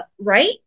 right